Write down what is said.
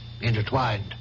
intertwined